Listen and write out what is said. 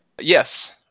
Yes